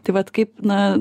tai vat kaip na